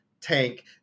tank